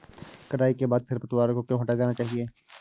कटाई के बाद खरपतवार को क्यो हटा देना चाहिए?